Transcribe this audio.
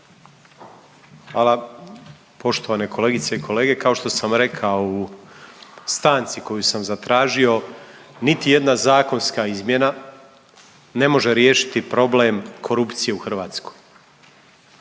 Hvala. Poštovane kolegice i kolege, kao što sam rekao u stanci koju sam zatražio, niti jedna zakonska izmjena ne može riješiti problem korupcije u Hrvatskoj